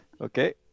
Okay